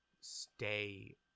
stay